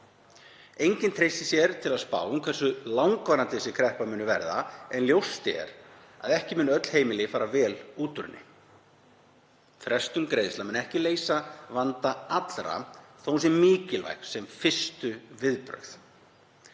Enginn treystir sér til að spá um hversu langvarandi þessi kreppa muni verða en ljóst er að ekki munu öll heimili fara vel út úr henni. Frestun greiðslna mun ekki leysa vanda allra þó hún sé mikilvæg sem fyrstu viðbrögð,